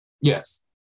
Yes